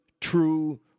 true